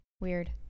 weird